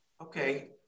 Okay